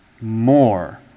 more